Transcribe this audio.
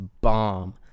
bomb